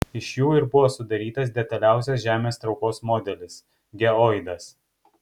iš jų ir buvo sudarytas detaliausias žemės traukos modelis geoidas